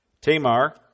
Tamar